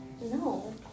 No